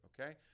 okay